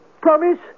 Promise